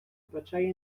втрачає